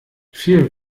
viel